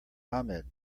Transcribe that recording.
ahmed